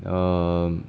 um